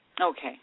Okay